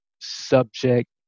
subject